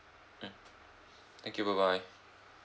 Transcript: mm thank you bye bye